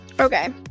okay